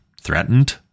threatened